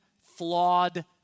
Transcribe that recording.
flawed